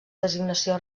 designació